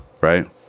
Right